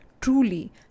truly